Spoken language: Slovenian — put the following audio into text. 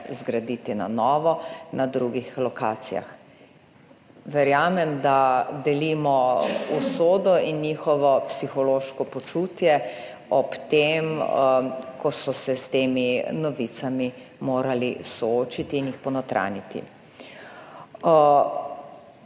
zgraditi na novo, na drugih lokacijah. Verjamem, da delimo usodo in njihovo psihološko počutje ob tem, ko so se s temi novicami morali soočiti in jih ponotranjiti.